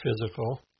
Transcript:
physical